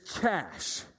cash